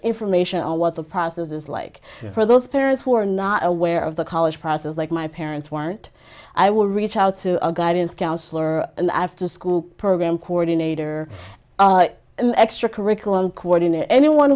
information on what the process is like for those parents who are not aware of the college process like my parents weren't i will reach out to a guidance counselor an afterschool program coordinator extra curriculum coordinate anyone